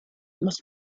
must